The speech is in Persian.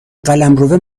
قلمروه